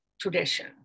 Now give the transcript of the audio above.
tradition